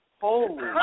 Holy